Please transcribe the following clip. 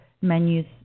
menus